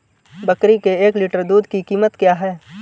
बकरी के एक लीटर दूध की कीमत क्या है?